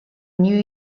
new